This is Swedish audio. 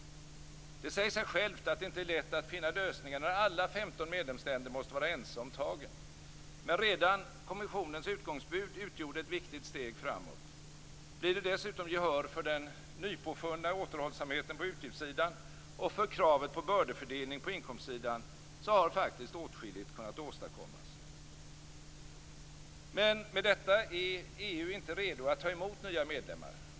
Det säger sig självt att det inte är lätt att finna lösningar när alla 15 medlemsländer måste vara ense om tagen. Men redan kommissionens utgångsbud innebar ett viktigt steg framåt. Blir det dessutom gehör för den nypåfunna återhållsamheten på utgiftssidan, och för kravet på bördefördelning på inkomstsidan, så har faktiskt åtskilligt kunnat åstadkommits. Men med detta är EU inte redo att ta emot nya medlemmar.